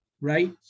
right